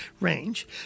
range